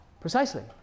Precisely